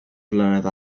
flynedd